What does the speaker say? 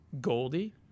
Goldie